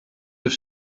have